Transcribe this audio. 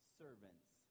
servants